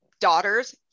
daughter's